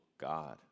God